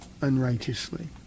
unrighteously